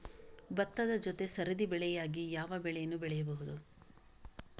ಭತ್ತದ ಜೊತೆ ಸರದಿ ಬೆಳೆಯಾಗಿ ಯಾವ ಬೆಳೆಯನ್ನು ಬೆಳೆಯಬಹುದು?